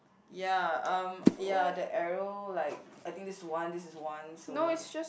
ya um ya that arrow like I think this is one this is one so like